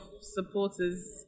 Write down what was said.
supporters